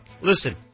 listen